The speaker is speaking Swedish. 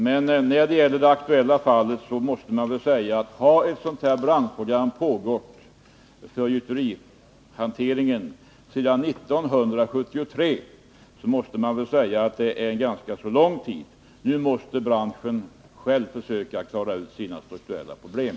Men i det aktuella fallet har branschprogrammet för gjuterihanteringen pågått sedan 1973, och man måste väl säga att det är en ganska lång tid. Nu måste branschen själv försöka klara ut sina strukturella problem.